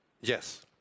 Yes